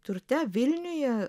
turte vilniuje